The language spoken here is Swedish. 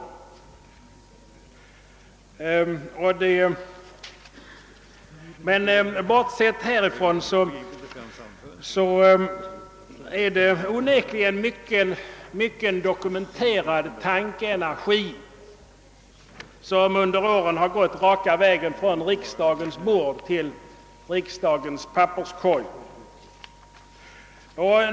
Men bortsett härifrån är det onekligen mycken dokumenterad tankeenergi som under årens lopp har gått raka vägen från riksdagens bord till riksdagens papperskorg.